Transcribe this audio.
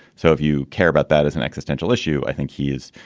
so if you care about that as an existential issue, i think he is.